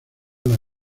las